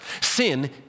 Sin